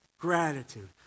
gratitude